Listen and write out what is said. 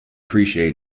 appreciate